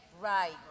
Right